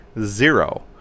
zero